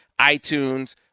iTunes